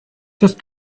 just